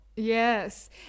Yes